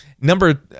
Number